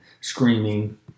screaming